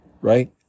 right